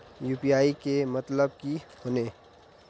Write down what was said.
UPI के मतलब की होने?